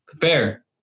Fair